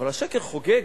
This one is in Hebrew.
אבל השקר חוגג.